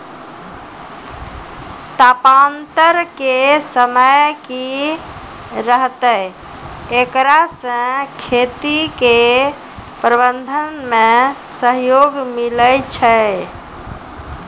तापान्तर के समय की रहतै एकरा से खेती के प्रबंधन मे सहयोग मिलैय छैय?